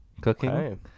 cooking